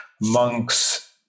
monks